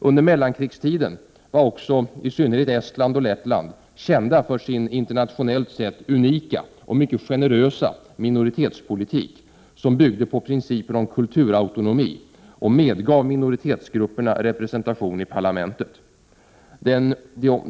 Under mellankrigstiden var också i synnerhet Estland och Lettland kända för sin internationellt sett unika och mycket generösa minoritetspolitik, som byggde på principen om kulturautonomi och medgav minoritetsgrupperna representation i parlamentet.